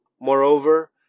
Moreover